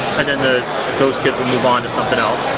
and then ah those kids will move on to something else.